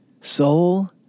soul